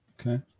Okay